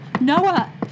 Noah